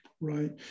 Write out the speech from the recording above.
Right